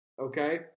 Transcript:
okay